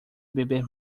beber